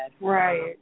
Right